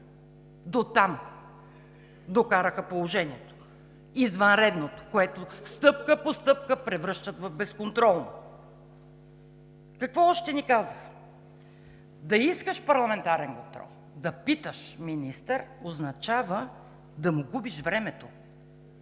Дотам докараха извънредното положение, което стъпка по стъпка превръщат в безконтролно. Какво още ни казаха? Да искаш парламентарен контрол, да питаш министър означава да му губиш времето!